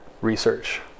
research